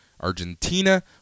Argentina